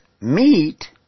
meat